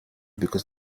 because